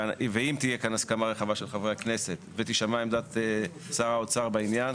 ואם תהיה כאן הסכמה רחבה של חברי הכנסת ותישמע עמדת שר האוצר בעניין,